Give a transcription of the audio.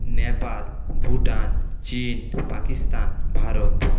Nepal Bhutan Chin Pakistan Bharat